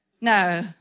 No